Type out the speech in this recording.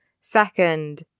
Second